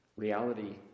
Reality